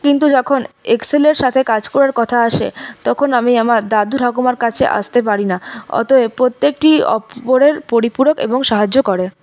কিন্তু যখন এক্সেলের সাথে কাজ করার কথা আসে তখন আমি আমার দাদু ঠাকুমার কাছে আসতে পারি না অতএব প্রত্যেকটি অপরের পরিপূরক এবং সাহায্য করে